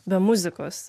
be muzikos